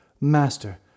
Master